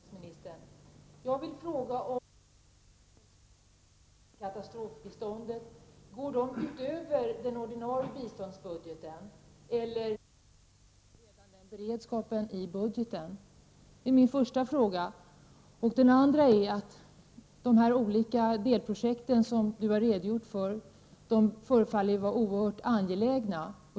Herr talman! Biståndsministern! Jag vill fråga om de medel som avsetts för katastrofbiståndet går utöver den ordinarie biståndsbudgeten eller om den beredskapen redan finns i budgeten. Det är min första fråga. De olika delprojekt som biståndsministern har redogjort för förefaller vara oerhört angelägna.